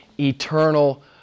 eternal